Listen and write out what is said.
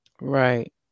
Right